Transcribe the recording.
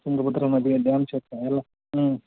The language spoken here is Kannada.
ತುಂಗಾ ಭದ್ರಾ ನದಿ ಎಲ್ಲ ಹ್ಞೂ